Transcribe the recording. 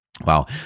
Wow